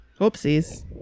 Oopsies